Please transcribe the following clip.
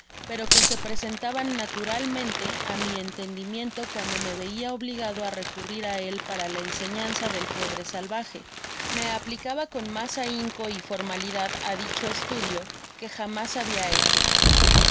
pero que se presentaban naturalmente á mi entendimiento cuando me veia obligado á recurrir á él para la enseñanza del pobre salvaje me aplicaba con mas ahinco y formalidad á dicho estudio que jamás habia hecho asi